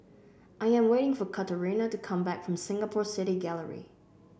I am waiting for Katarina to come back from Singapore City Gallery